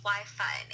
Wi-Fi